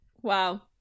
wow